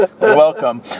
Welcome